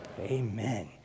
Amen